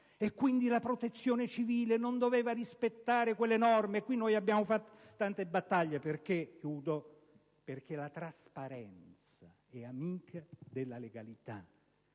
quindi, la Protezione civile non doveva rispettare quelle norme su cui noi abbiamo fatto tante battaglie perché la trasparenza è amica della legalità